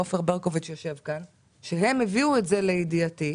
הם הביאו את זה לידיעתי.